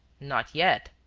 not yet.